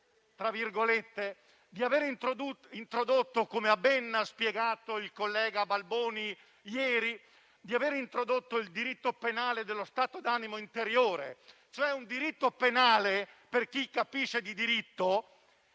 di avere introdotto, come ha ben spiegato il collega Balboni ieri, il diritto penale dello stato d'animo interiore, cioè, un diritto penale - per chi capisce di diritto